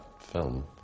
film